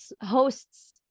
hosts